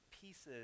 pieces